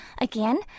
Again